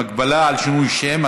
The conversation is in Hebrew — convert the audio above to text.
מגבלה על שינוי שם),